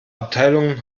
abteilung